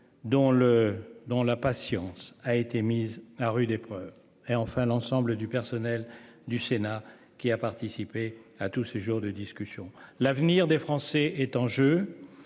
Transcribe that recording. dont la patience a été mise à rude épreuve et enfin l'ensemble du personnel du Sénat qui a participé à tous ses jours de discussions, l'avenir des Français est en jeu.